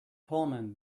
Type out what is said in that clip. pullman